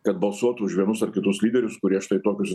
kad balsuotų už vienus ar kitus lyderius kurie štai tokius